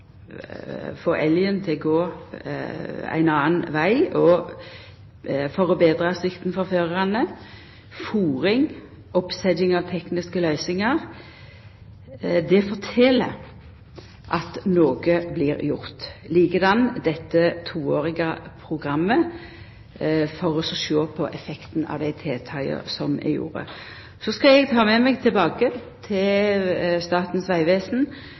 til å gå ein annen veg og for å betra sikta for førarane, fôring og oppsetjing av tekniske løysingar fortel at noko blir gjort. Likeeins har ein dette toårige programmet for å sjå på effekten av dei tiltaka som er gjorde. Så skal eg ta med meg tilbake til Statens vegvesen